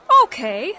okay